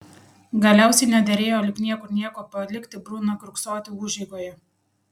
galiausiai nederėjo lyg niekur nieko palikti bruną kiurksoti užeigoje